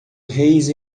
reis